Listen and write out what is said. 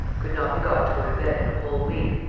could not be got to go to bed in a whole week,